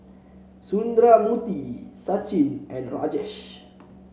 Sundramoorthy Sachin and Rajesh